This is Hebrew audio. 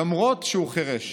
למרות שהוא חירש.